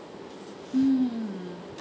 mm